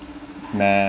math